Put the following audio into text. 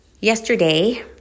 Yesterday